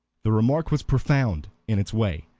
the remark was profound in its way,